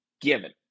given